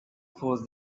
force